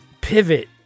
pivot